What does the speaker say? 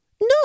no